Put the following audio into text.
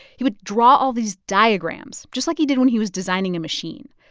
he would draw all these diagrams, just like he did when he was designing a machine.